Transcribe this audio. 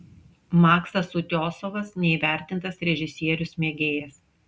maksas utiosovas neįvertintas režisierius mėgėjas